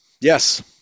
Yes